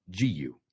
GU